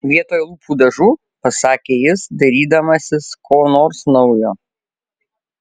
vietoj lūpų dažų pasakė jis dairydamasis ko nors naujo